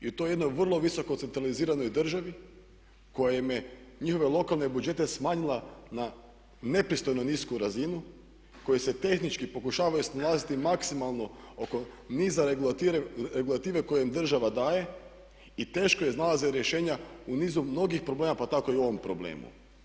I u toj jednoj vrlo visoko centraliziranoj državi koja im je njihove lokalne budžete smanjila na nepristojno nisku razinu, koji se tehnički pokušavaju snalaziti maksimalno oko niza regulative koju im država daje i teško iznalaze rješenja u nizu mnogih problema pa tako i o ovom problemu.